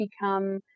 become